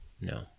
no